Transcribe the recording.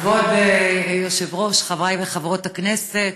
כבוד היושב-ראש, חברי וחברות הכנסת,